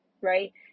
right